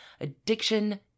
addiction